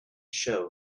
show